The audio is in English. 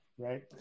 right